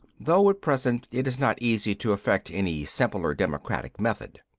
though at present it is not easy to effect any simpler democratic method.